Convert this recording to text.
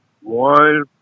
one